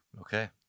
Okay